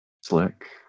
slick